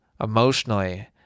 emotionally